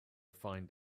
find